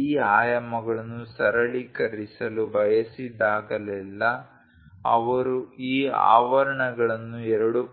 ಈ ಆಯಾಮಗಳನ್ನು ಸರಳೀಕರಿಸಲು ಬಯಸಿದಾಗಲೆಲ್ಲಾ ಅವರು ಈ ಆವರಣಗಳನ್ನು 2